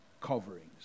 coverings